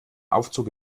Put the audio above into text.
aufzug